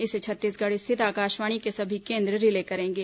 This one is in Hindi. इसे छत्तीसगढ़ स्थित आकाशवाणी के सभी केंद्र रिले करेंगे